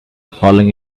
falling